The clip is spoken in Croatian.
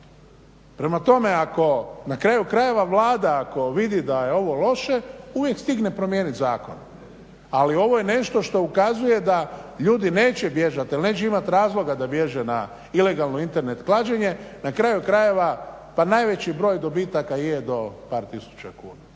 Prema tome, ako, na kraju krajeva Vlada ako vidi da je ovo loše, uvijek stigne promijeniti zakon ali ovo je nešto što ukazuje da ljudi neće bježati jer neće imati razloga da bježe na ilegalno Internet klađenje. Na kraju krajeva pa najveći broj dobitaka je do par tisuća kuna.